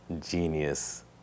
genius